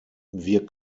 wir